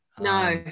No